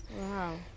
Wow